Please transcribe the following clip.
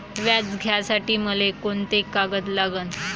व्याज घ्यासाठी मले कोंते कागद लागन?